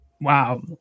Wow